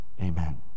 Amen